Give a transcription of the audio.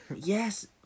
Yes